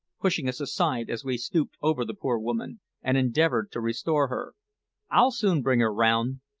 pushing us aside as we stooped over the poor woman and endeavoured to restore her i'll soon bring her round.